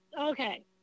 Okay